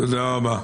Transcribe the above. תודה רבה.